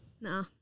No